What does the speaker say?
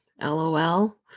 LOL